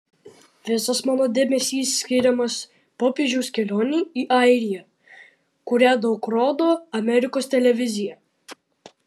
visas mano dėmesys skiriamas popiežiaus kelionei į airiją kurią daug rodo amerikos televizija